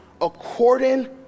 according